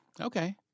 Okay